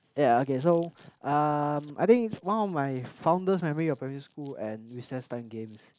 ya okay so um I think one of my fondest memory of primary school and recess time games